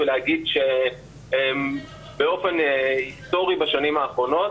ולהגיד שבאופן היסטורי בשנים האחרונות